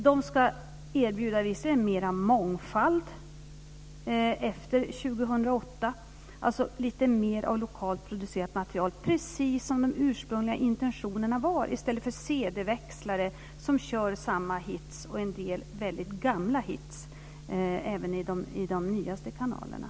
De ska visserligen erbjuda lite mera mångfald efter 2008, alltså lite mer av lokalt producerat material, precis som de ursprungliga intentionerna var, i stället för att låta cd-växlare köra samma hits - en del väldigt gamla - även i de nyaste kanalerna.